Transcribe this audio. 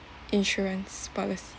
insurance policy